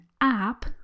app